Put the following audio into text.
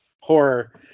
horror